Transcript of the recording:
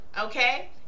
okay